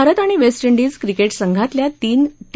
भारत आणि West Indies cricket संघातल्या तीन टी